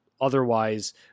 otherwise